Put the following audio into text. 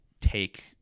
take